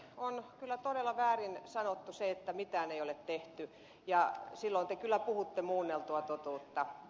on kyllä todella väärin sanottu se että mitään ei ole tehty ja silloin te kyllä puhutte muunneltua totuutta